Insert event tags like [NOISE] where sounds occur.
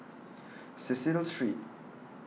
[NOISE] Cecil Street